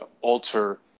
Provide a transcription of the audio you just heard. alter